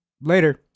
Later